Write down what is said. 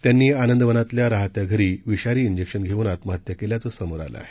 त्यांनी आनंदवनातल्या राहत्या घरी विषारी इंजेक्शनघेऊन आत्महत्या केल्या चंसमोर आलंआहे